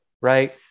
right